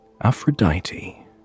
Aphrodite